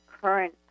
current